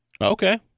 okay